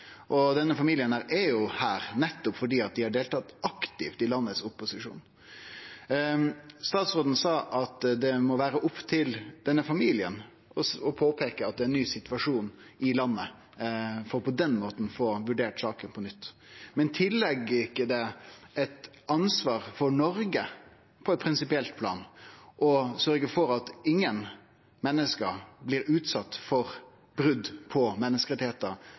Denne familien er jo her nettopp fordi dei har deltatt aktivt i opposisjonen i landet. Statsråden sa at det må vere opp til denne familien å peike på at det er ein ny situasjon i landet, for på den måten å få vurdert saka på nytt. Men er det ikkje eit ansvar for Noreg, på eit prinsipielt plan, å sørgje for at ingen menneske blir utsette for brot på